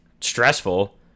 stressful